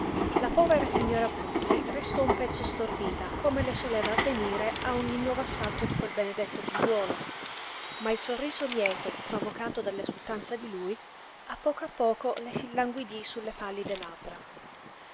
la povera signora bruzzi restò un pezzo stordita come le soleva avvenire a ogni nuovo assalto di quel benedetto figliuolo ma il sorriso lieto provocato dall'esultanza di lui a poco a poco le s'illanguidí sulle pallide labbra